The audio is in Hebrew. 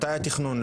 מתי התכנון?